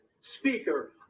speaker